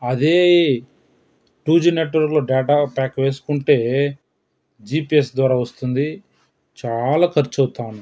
అదే ఈ two G నెట్వర్క్లో డేటా ప్యాక్ వేసుకుంటే జీపిఎస్ ద్వారా వస్తుంది చాలా ఖర్చు అవుతూ ఉంది